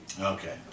okay